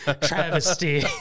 travesty